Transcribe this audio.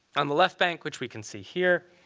on the left bank, which we can see here,